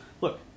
Look